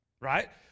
Right